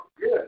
good